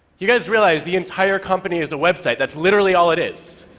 you guys realize, the entire company is a website. that's literally all it is.